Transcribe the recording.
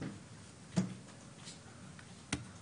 הסוגייה של לראות את כלל הכנסות